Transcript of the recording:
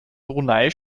brunei